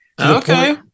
Okay